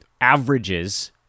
averages